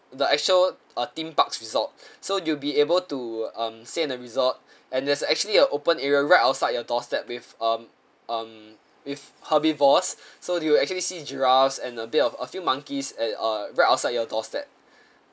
the actual uh theme park's resort so you'll be able to um stay in the resort and there's actually a open area right outside your doorstep with um um with herbivores so you will actually see giraffes and a bit of a few monkeys at uh right outside your doorstep